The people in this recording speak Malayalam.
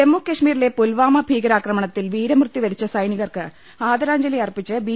ജമ്മു കശ്മീരിലെ പുൽവാമ ഭീകരാക്രമണത്തിൽ വീര മൃത്യു വരിച്ച സൈനികർക്ക് ആദരാഞ്ജലി അർപ്പിച്ച് ബി